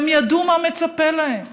והם ידעו מה מצפה להם.